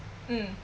mm